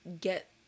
get